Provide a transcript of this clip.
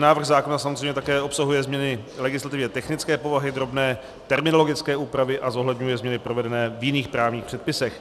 Návrh zákona samozřejmě také obsahuje změny legislativně technické povahy, drobné terminologické úpravy a zohledňuje změny provedené v jiných právních předpisech.